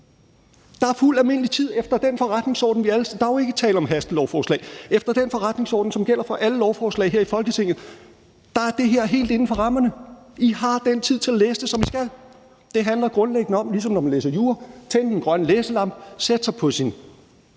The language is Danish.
været fuld almindelig høring. Der er fuld almindelig tid. Der er jo ikke tale om et hastelovforslag. Efter den forretningsorden, som gælder for alle lovforslag her i Folketinget, er det her helt inden for rammerne. I har den tid til at læse det, som I skal have. Det handler grundlæggende om, ligesom når man læser jura: at tænde den grønne læselampe, sætte sig på sin ...